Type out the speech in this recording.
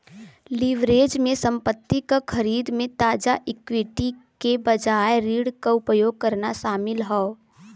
leverage में संपत्ति क खरीद में ताजा इक्विटी के बजाय ऋण क उपयोग करना शामिल हौ